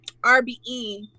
RBE